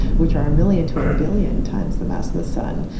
which are a million to a billion times the mass of the sun.